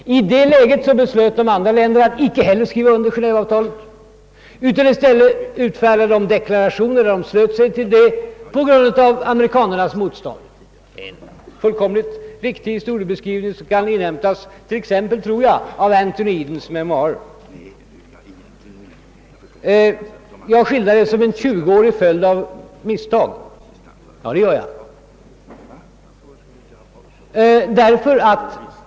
I det läget beslöt de andra länderna att icke heller skri va under avtalet. I stället utfärdade de deklarationer på grund av amerikanarnas motstånd. Detta är en fullkomligt riktig historieskrivning, som kan inhämtas t.ex. i Anthony Edens memoarer. Jag skildrade utvecklingen som en tjugoårig följd av misstag enligt herr Bohman. Ja, det gör jag.